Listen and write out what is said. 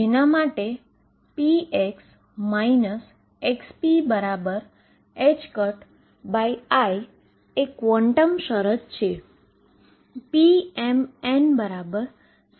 જેના માટે px xpi એ ક્વોન્ટમ ક્ન્ડીશન છે